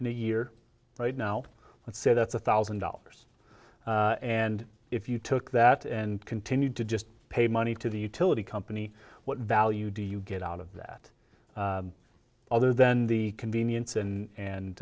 a year right now let's say that's a thousand dollars and if you took that and continued to just pay money to the utility company what value do you get out of that other than the convenience and